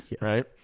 right